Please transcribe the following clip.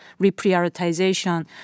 reprioritization